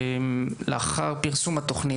לאחר פרסום התוכנית,